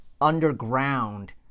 underground